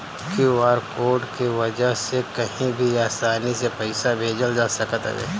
QR code के वजह से कही भी आसानी से पईसा भेजल जा सकत हवे